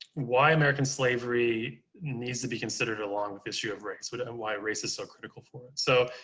why american slavery needs to be considered along with issue of race but and why race is so critical for it. so,